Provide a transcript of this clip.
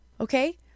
Okay